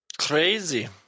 Crazy